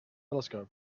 telescope